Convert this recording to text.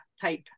type